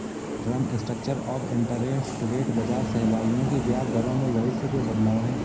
term structure of interest rate बाजार सहभागियों की ब्याज दरों में भविष्य के बदलाव है